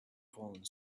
falling